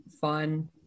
fun